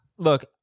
Look